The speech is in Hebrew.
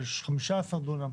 של 15 דונם.